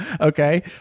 okay